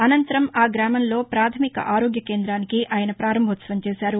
అనంతరం ఆ గ్రామంలో పాధమిక ఆరోగ్య కేందానికి ఆయన ప్రారంభోత్సవం చేశారు